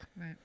Right